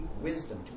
wisdom